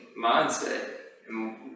mindset